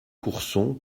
courson